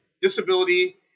disability